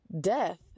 death